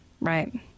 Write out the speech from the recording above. right